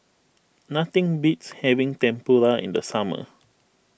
nothing beats having Tempura in the summer